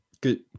Good